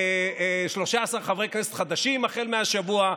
ו-13 חברי כנסת חדשים החל מהשבוע.